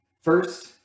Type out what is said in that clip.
First